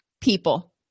people